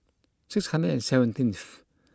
six hundred and seventeenth